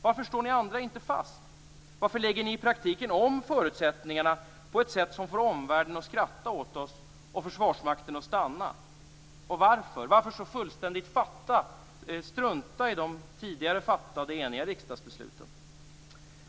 Varför står ni andra inte fast? Varför lägger ni i praktiken om förutsättningarna på ett sätt som får omvärlden att skratta åt oss och Försvarsmakten att stanna? Och varför så fullständigt strunta i de tidigare fattade eniga riksdagsbesluten?